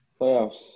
playoffs –